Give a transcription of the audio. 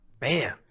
Man